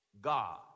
God